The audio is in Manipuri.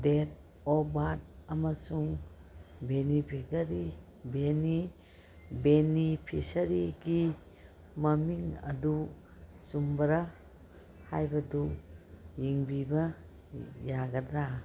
ꯗꯦꯠ ꯑꯣꯐ ꯕꯥꯔꯠ ꯑꯃꯁꯨꯡ ꯕꯦꯅꯤꯐꯤꯀꯔꯤ ꯕꯦꯅꯤꯐꯤꯁꯔꯤꯒꯤ ꯃꯃꯤꯡ ꯑꯗꯨ ꯆꯨꯝꯕꯔꯥ ꯍꯥꯏꯕꯗꯨ ꯌꯦꯡꯕꯤꯕ ꯌꯥꯒꯗ꯭ꯔꯥ